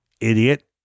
Idiot